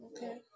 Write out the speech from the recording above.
Okay